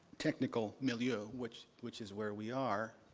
technical milieu, which which is where we are,